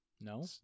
no